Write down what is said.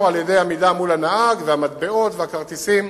על-ידי עמידה מול הנהג והמטבעות והכרטיסים